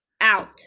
out